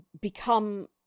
become